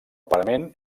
parament